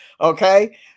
okay